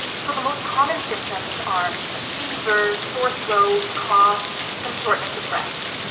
so the most common symptoms are fever, sore throat, cough, some shortness of breath.